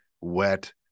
wet